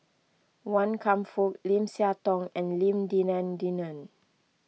Wan Kam Fook Lim Siah Tong and Lim Denan Denon